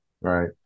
Right